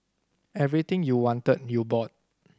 everything you wanted you bought